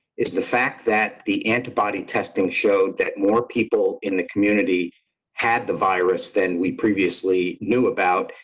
is the fact that the antibody testing showed that more people in the community had the virus than we previously knew about,